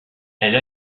elle